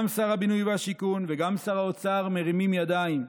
גם שר הבינוי והשיכון וגם שר האוצר מרימים ידיים.